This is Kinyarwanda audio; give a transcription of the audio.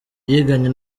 yiganye